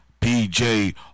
pj